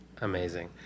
amazing